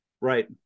right